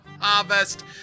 Harvest